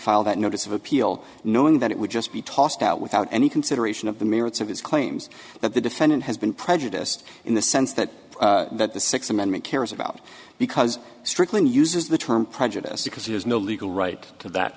file that notice of appeal knowing that it would just be tossed out without any consideration of the merits of his claims that the defendant has been prejudiced in the sense that that the sixth amendment cares about because strickland uses the term prejudiced because he has no legal right to that